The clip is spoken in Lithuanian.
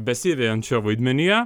besivejančių vaidmenyje